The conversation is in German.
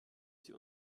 sie